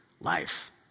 life